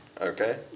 Okay